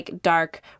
dark